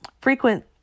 frequent